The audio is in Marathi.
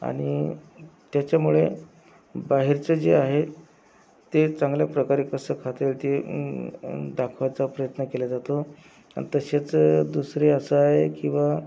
आणि त्याच्यामुळे बाहेरचं जे आहे ते चांगल्या प्रकारे कसं खाता येईल ते दाखवायचा प्रयत्न केला जातो आणि तसेच दुसरे असं आहे की बा